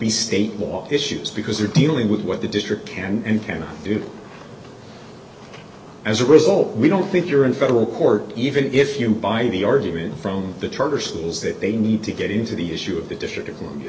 be state law issues because they're dealing with what the district can and cannot do as a result we don't think you're in federal court even if you buy the argument from the charter schools that they need to get into the issue of the district o